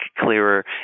clearer